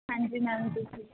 ਹਾਂਜੀ ਮੈਮ